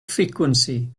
frequency